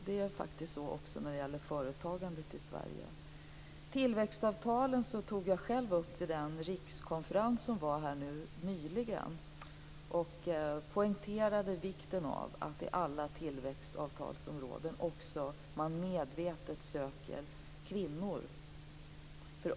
Det är så också när det gäller företagandet i Sverige. Tillväxtavtalen tog jag själv upp vid den rikskonferens som nyligen ägde rum, och jag poängterade vikten av att medvetet söka kvinnor till alla tillväxtavtalsområden.